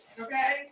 Okay